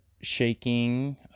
shaking